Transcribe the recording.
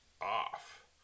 off